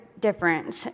difference